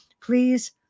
Please